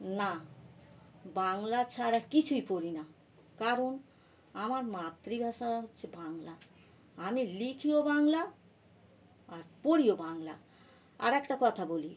না বাংলা ছাড়া কিছুই পড়ি না কারণ আমার মাতৃভাষা হচ্ছে বাংলা আমি লিখিও বাংলা আর পড়িও বাংলা আর একটা কথা বলি